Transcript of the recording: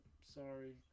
sorry